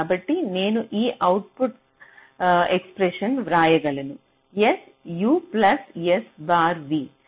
కాబట్టి నేను ఈ అవుట్పుట్ ఎక్స్ప్రెషన్ వ్రాయగలము s u plus s bar v